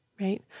right